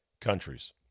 countries